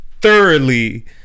thoroughly